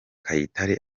kayitare